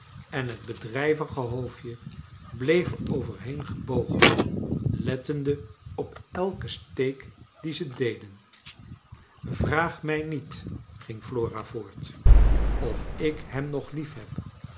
en het bedrijvige hoofdje bleef er over heen gebogen lettende op elken steek dien ze deden vraag mij niet ging flora voort of ik hem nog lief